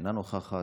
אינה נוכחת,